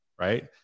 right